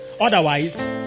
Otherwise